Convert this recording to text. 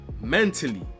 mentally